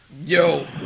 Yo